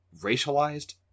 racialized